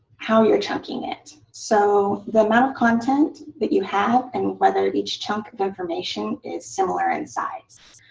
how you're chunking it. so the amount of content that you have and whether each chunk of information is similar in size.